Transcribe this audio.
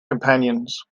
companions